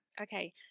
Okay